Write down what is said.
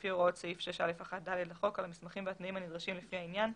לפי הוראות סעיף 6א1(ד) לחוק על המסמכים והתנאים הנדרשים לפי העניין,